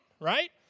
right